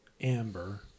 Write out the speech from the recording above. Amber